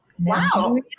wow